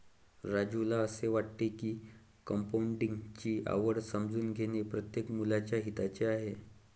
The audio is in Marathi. राजूला असे वाटते की कंपाऊंडिंग ची आवड समजून घेणे प्रत्येक मुलाच्या हिताचे आहे